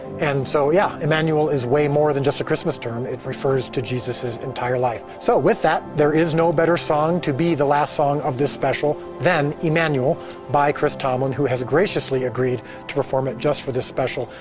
and so yeah, emmanuel is way more than just a christmas term, it refers to jesus's entire life. so with that, there is no better song to be the last song of this special, than emmanuel by chris tomlin who has graciously agreed to perform it just for this special,